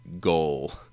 goal